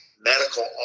medical